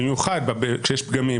במיוחד כשיש פגמים,